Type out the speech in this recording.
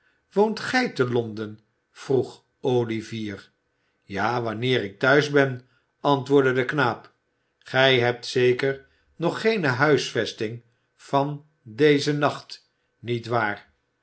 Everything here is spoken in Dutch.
woont gij te londen vroeg olivier ja wanneer ik thuis ben antwoordde de knaap gij hebt zeker nog geene huisvesting van dezen nacht niet waar